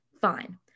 fine